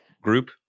group